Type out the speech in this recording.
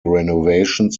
renovations